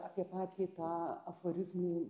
apie patį tą aforizmų